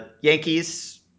Yankees